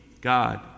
God